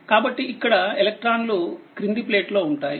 కాబట్టి ఇక్కడ ఎలక్ట్రాన్లు క్రింది ప్లేట్లో ఉంటాయి